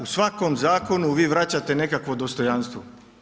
U svakom zakonu vi vraćate nekakvo dostojanstvo.